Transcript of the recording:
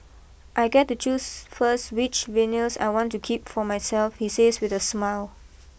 I get to choose first which vinyls I want to keep for myself he says with a smile